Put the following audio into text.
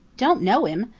don't know him!